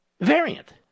variant